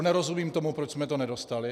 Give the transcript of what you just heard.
Nerozumím tomu, proč jsme to nedostali.